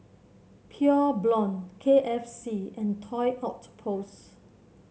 Pure Blonde K F C and Toy Outpost